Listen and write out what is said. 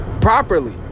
properly